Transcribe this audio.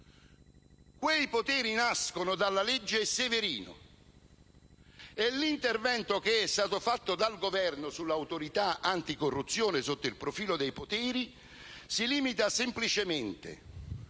Quei poteri nascono dalla legge Severino, e l'intervento che è stato fatto dal Governo sull'Autorità anticorruzione sotto il profilo dei poteri si limita semplicemente